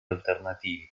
alternativi